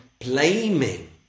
blaming